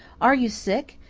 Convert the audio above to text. are you sick?